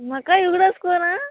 म्हाकाय उगडास कोर आ